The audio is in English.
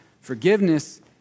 Forgiveness